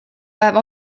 päev